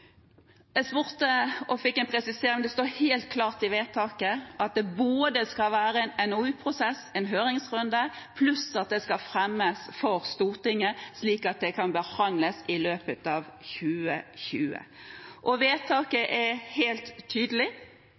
Jeg spurte og fikk en presisering, det står helt klart i vedtaket at det skal være både en NOU-prosess og en høringsrunde, pluss at det skal fremmes for Stortinget, slik at det kan behandles i løpet av 2020. Vedtaket er helt tydelig,